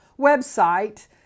website